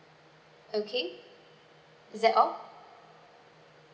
okay is that all